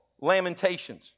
Lamentations